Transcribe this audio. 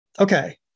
Okay